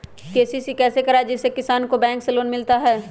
KCC कैसे कराये जिसमे किसान को बैंक से लोन मिलता है?